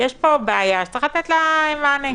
לתת לה מענה.